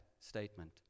statement